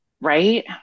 right